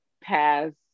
past